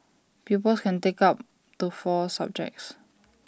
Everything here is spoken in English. pupils can take up to four subjects